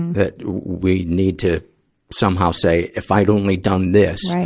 that we need to somehow say, if i'd only done this,